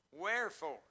Wherefore